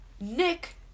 Nick